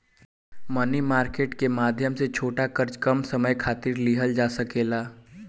मनी market के माध्यम से छोट कर्जा कम समय खातिर लिहल जा सकेला